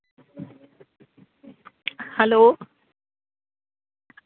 hello